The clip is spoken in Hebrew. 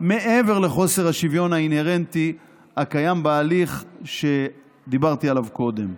מעבר לחוסר השוויון האינהרנטי הקיים בהליך שדיברתי עליו קודם,